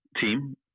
team